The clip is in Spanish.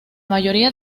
mayoría